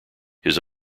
his